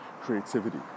creativity